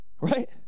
Right